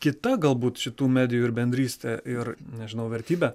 kita galbūt šitų medijų ir bendrystė ir nežinau vertybė